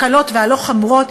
הקלות והלא-חמורות,